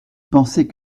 pensait